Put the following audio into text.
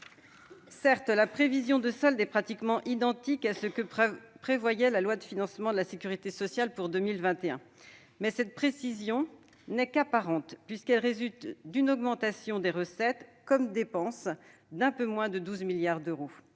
Certes, la prévision de solde est pratiquement identique à ce que prévoyait la loi de financement de la sécurité sociale pour 2021. Mais c'est de l'ordre de l'apparence, puisque cela découle d'une augmentation des recettes comme des dépenses d'un peu moins de 12 milliards d'euros